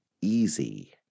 easy